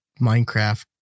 Minecraft